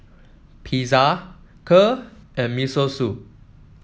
Pizza Kheer and Miso Soup